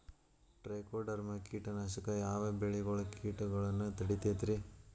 Trichoderma ಕೇಟನಾಶಕ ಯಾವ ಬೆಳಿಗೊಳ ಕೇಟಗೊಳ್ನ ತಡಿತೇತಿರಿ?